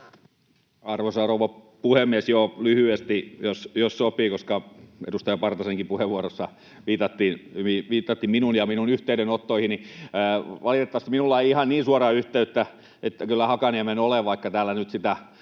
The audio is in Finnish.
Arvoisa rouva puhemies! Lyhyesti, jos sopii, koska edustaja Partasenkin puheenvuorossa viitattiin minuun ja minun yhteydenottoihini. — Valitettavasti minulla ei ihan niin suoraa yhteyttä Hakaniemeen ole, vaikka täällä nyt sitä